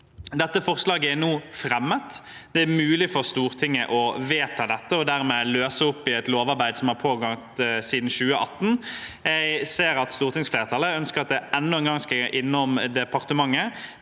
Dette forslaget er nå fremmet. Det er mulig for Stortinget å vedta dette og dermed løse opp i et lovarbeid som har pågått siden 2018. Jeg ser at stortingsflertallet ønsker at det enda en gang skal innom departementet.